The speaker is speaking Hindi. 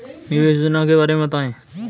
निवेश योजना के बारे में बताएँ?